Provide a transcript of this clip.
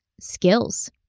skills